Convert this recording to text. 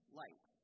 light